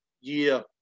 year